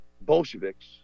bolsheviks